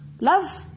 love